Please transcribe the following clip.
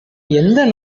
எந்த